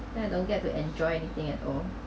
then I don't get to enjoy anything at all